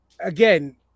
Again